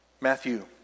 Matthew